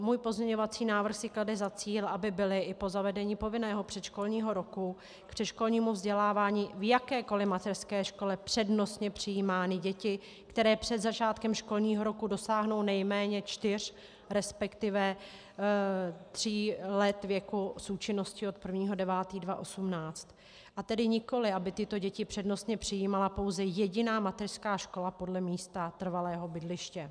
Můj pozměňovací návrh si klade za cíl, aby byly i po zavedení povinného předškolního roku k předškolnímu vzdělávání v jakékoli mateřské škole přednostně přijímány děti, které před začátkem školního roku dosáhnou nejméně čtyř, resp. tří let věku, s účinností od 1. 9. 2018, a tedy nikoli aby tyto děti přednostně přijímala pouze jediná mateřská škola podle místa trvalého bydliště.